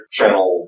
Channel